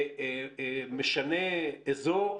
זה משנה אזור,